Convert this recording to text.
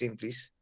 please